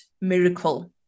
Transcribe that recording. miracle